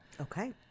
Okay